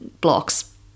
blocks